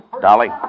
Dolly